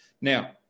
Now